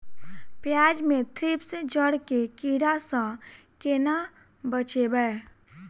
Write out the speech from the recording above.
प्याज मे थ्रिप्स जड़ केँ कीड़ा सँ केना बचेबै?